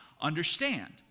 understand